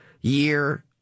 year